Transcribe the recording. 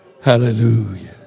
Hallelujah